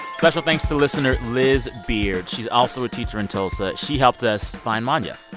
special thanks to listener liz beard. she's also a teacher in tulsa. she helped us find monya.